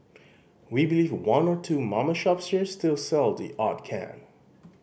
we believe one or two mama shops here still sell the odd can